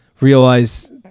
realize